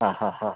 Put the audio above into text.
അ അ അ